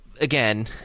again